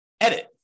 edit